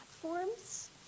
platforms